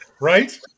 Right